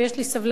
ויש לי סבלנות,